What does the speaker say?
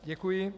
Děkuji.